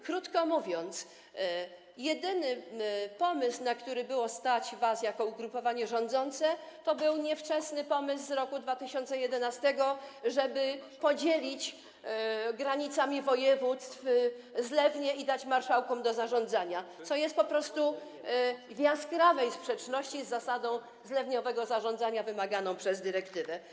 Krótko mówiąc, jedyny koncept, na który było stać was jako ugrupowanie rządzące, to był niewczesny pomysł z roku 2011, żeby podzielić granicami województw zlewnie i dać marszałkom do zarządzania, co pozostaje po prostu w jaskrawej sprzeczności z zasadą zlewniowego zarządzania wymaganą przez dyrektywę.